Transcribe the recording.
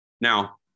Now